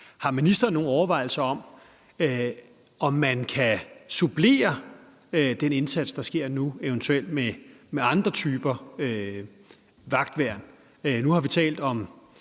Har ministeren nogle overvejelser om, om man kan supplere den indsats, der sker nu, eventuelt med andre typer vagtværn?